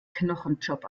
knochenjob